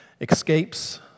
escapes